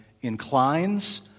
inclines